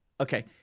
Okay